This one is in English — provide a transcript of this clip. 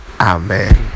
amen